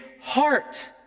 heart